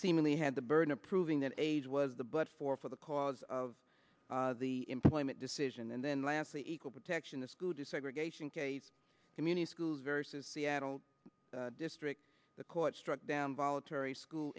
seemingly had the burden of proving that age was the but for for the cause of the employment decision and then lastly equal protection the school desegregation case community schools vary says seattle district the court struck down voluntary school